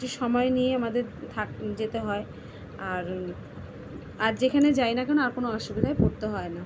একটু সময় নিয়ে আমাদের থাক যেতে হয় আর আর যেখানে যাই না কেন আর কোনো অসুবিধায় পড়তে হয় না